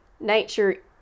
nature